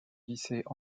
lycée